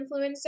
influencer